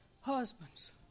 Husbands